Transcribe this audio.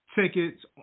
tickets